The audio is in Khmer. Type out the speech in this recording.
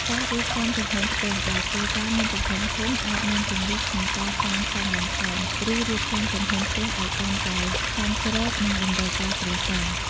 ការរៀបចំទំហំផ្ទះ បើគ្រួសារមានទំហំធំ អាចមានជម្រើសក្នុងការសាងសង់បន្ថែម ឬរៀបចំទំហំផ្ទះឲ្យកាន់តែសមស្របនឹងតម្រូវការគ្រួសារ។